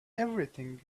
everything